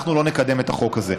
אנחנו לא נקדם את החוק הזה.